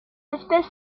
espèce